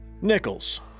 Nichols